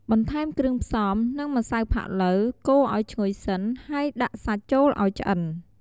បន្ថែមគ្រឿងផ្សំ និងម្សៅផាត់ឡូវ កូរឲ្យឈ្ងុយសិន ហើយដាក់សាច់ចូលឲ្យឆ្អិន។